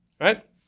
right